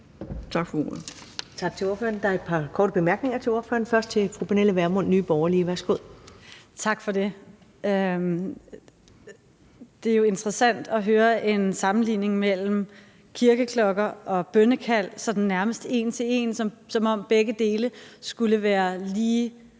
Tak for det. Det var interessant at høre en sammenligning mellem kirkeklokker og bønnekald sådan nærmest en til en, som om begge dele skulle være lige